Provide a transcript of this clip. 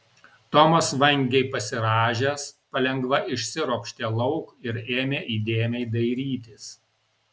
tomas vangiai pasirąžęs palengva išsiropštė lauk ir ėmė įdėmiai dairytis